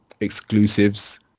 exclusives